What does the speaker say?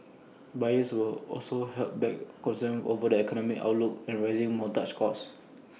buyers were also held back concerns over the economic outlook and rising mortgage costs